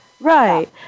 Right